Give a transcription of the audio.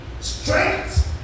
Strength